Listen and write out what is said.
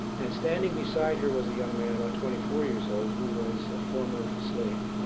and standing beside her was a young man about twenty four years old who was a former slave,